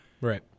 Right